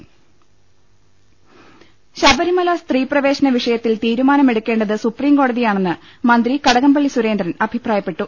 ലലലലലലലലലലലലല ശബരിമല സ്ത്രീപ്രവേശന വിഷയത്തിൽ തീരുമാ നമെടുക്കേണ്ടത് സുപ്രീംകോടതിയാണെന്ന് മന്ത്രി കടകംപള്ളി സുരേന്ദ്രൻ അഭിപ്രായപ്പെട്ടു